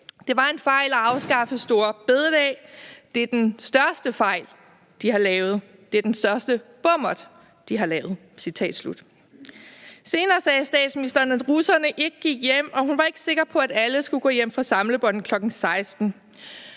»Det var en fejl at afskaffe store bededag. Det er den største fejl, de har lavet. Det er den største bommert, de har lavet«. Senere sagde statsministeren, at russerne ikke gik hjem, og at hun ikke var sikker på, at alle skulle gå hjem fra samlebåndet kl. 16.00.